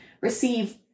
receive